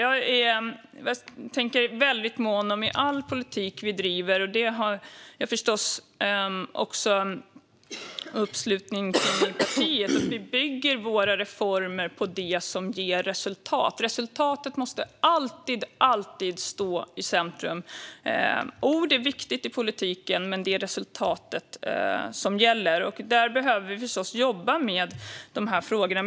Jag är väldigt mån om att vi i all politik som vi bedriver ska bygga våra reformer på det som ger resultat, och det finns förstås en uppslutning kring detta i partiet. Resultatet måste alltid stå i centrum. Ord är viktiga i politiken, men det är resultatet som gäller. Vi behöver förstås jobba med dessa frågor.